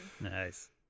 Nice